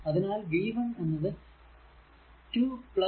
അതിനാൽ v 1 എന്നത് 2 2